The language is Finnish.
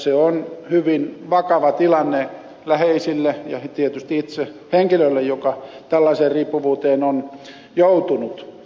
se on hyvin vakava tilanne läheisille ja tietysti itse sille henkilölle joka tällaiseen riippuvuuteen on joutunut